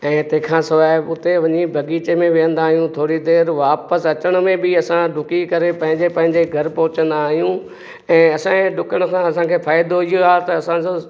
ऐं तंहिं खां सवाइ हुते वञी बाग़ीचे में विहंदा आहियूं थोरी देरि वापसि अचण में बि असां डुकी करे पंहिंजे पंहिंजे घरु पहुचंदा आहियूं ऐं डुकण सां असांखे फ़ाइदो इहो आहे त असां सां